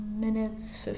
minutes